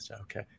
okay